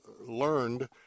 learned